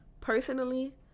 personally